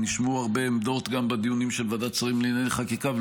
נשמעו הרבה עמדות גם בדיונים של ועדת שרים לענייני חקיקה,